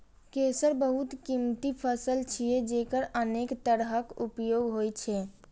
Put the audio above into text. केसर बहुत कीमती फसल छियै, जेकर अनेक तरहक उपयोग होइ छै